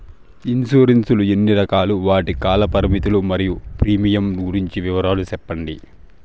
Insurance లు ఎన్ని రకాలు? వాటి కాల పరిమితులు మరియు ప్రీమియం గురించి వివరాలు సెప్పండి?